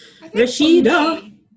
Rashida